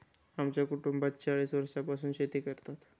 आमच्या कुटुंबात चाळीस वर्षांपासून शेती करतात